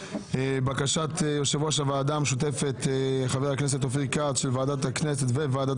בקשת יושב ראש הוועדה המשותפת חבר הכנסת אופיר כץ לוועדת הכנסת וועדת